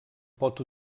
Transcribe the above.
pot